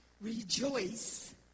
rejoice